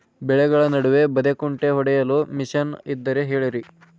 ಬೆಳೆಗಳ ನಡುವೆ ಬದೆಕುಂಟೆ ಹೊಡೆಯಲು ಮಿಷನ್ ಇದ್ದರೆ ಹೇಳಿರಿ